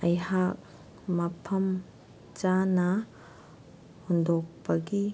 ꯑꯩꯍꯥꯛ ꯃꯐꯝ ꯆꯥꯅ ꯍꯨꯟꯗꯣꯛꯄꯒꯤ